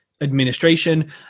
administration